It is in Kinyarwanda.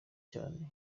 cyane